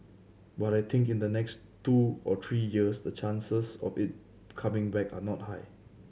but I think in the next two or three years the chances of it coming back are not high